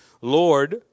Lord